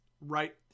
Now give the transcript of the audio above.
right